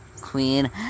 queen